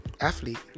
athlete